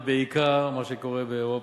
ובעיקר ממה שקורה באירופה.